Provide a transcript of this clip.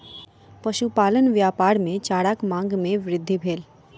पशुपालन व्यापार मे चाराक मांग मे वृद्धि भेल